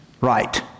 right